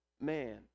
man